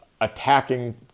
attacking